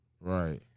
Right